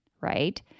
right